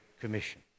commission